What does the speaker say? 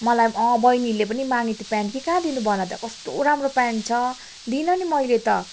मलाई अँ बहिनीले पनि माग्यो त्यो पेन्ट कि कहाँ दिनु भन त कस्तो राम्रो पेन्ट छ दिइनँ नि मैले त